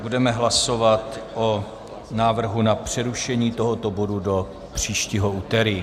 Budeme hlasovat o návrhu na přerušení tohoto bodu do příštího úterý.